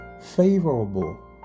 Favorable